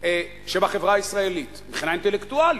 שבחברה הישראלית, מבחינה אינטלקטואלית,